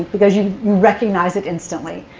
because you recognize it instantly.